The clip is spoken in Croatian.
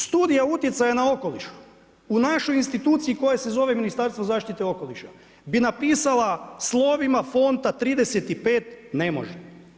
Studija utjecaja na okoliš u našoj instituciji koje se zove Ministarstvo zaštite okoliša bi napisala slovima fonta 35, ne može.